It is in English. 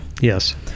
Yes